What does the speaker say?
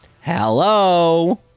hello